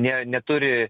ne neturi